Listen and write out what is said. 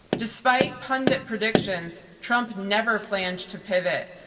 despite pundit predictions, trump never planned to pivot.